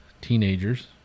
teenagers